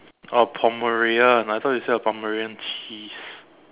oh Pomeranian I thought you say a Pomeranian cheese